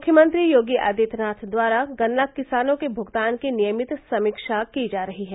मुख्यमंत्री योगी आदित्यनाथ द्वारा गन्ना किसानों के भुगतान की नियमित समीक्षा की जा रही है